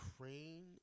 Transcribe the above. Crane